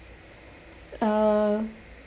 uh